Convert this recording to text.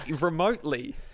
remotely